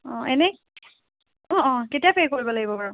অ' এনেই অ' অ' কেতিয়া পে' কৰিব লাগিব বাৰু